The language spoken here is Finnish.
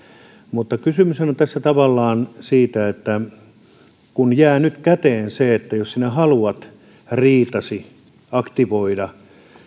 mutta kysymyshän on tässä tavallaan siitä kun jää nyt käteen se että jos haluat riitasi aktivoida